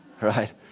Right